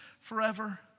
forever